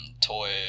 toy